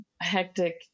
hectic